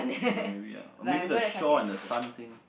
ya maybe ya or maybe the shore and the sun thing